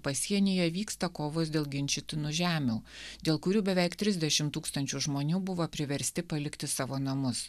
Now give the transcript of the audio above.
pasienyje vyksta kovos dėl ginčytinų žemių dėl kurių beveik trisdešim tūkstančių žmonių buvo priversti palikti savo namus